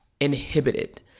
inhibited